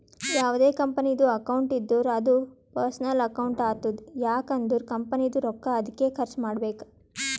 ಯಾವ್ದೇ ಕಂಪನಿದು ಅಕೌಂಟ್ ಇದ್ದೂರ ಅದೂ ಪರ್ಸನಲ್ ಅಕೌಂಟ್ ಆತುದ್ ಯಾಕ್ ಅಂದುರ್ ಕಂಪನಿದು ರೊಕ್ಕಾ ಅದ್ಕೆ ಖರ್ಚ ಮಾಡ್ಬೇಕು